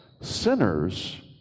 sinners